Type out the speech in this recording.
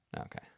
Okay